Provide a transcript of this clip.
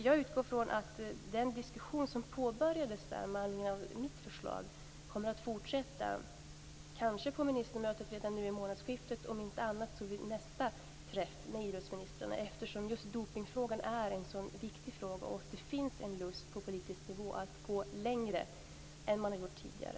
Jag utgår från att den diskussion som påbörjades med anledning av mitt förslag kommer att fortsätta kanske redan på ministermötet nu vid månadsskiftet, om inte annat så vid nästa träff med idrottsministrarna, eftersom just dopningsfrågan är en så viktig fråga och det finns en vilja på politisk nivå att gå längre än vad man gjort tidigare.